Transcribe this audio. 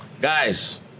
Guys